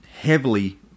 heavily